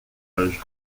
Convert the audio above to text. âge